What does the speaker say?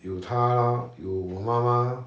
有他有我妈妈